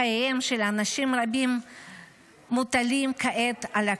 חייהם של אנשים רבים מוטלים כעת על הכף.